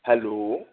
hello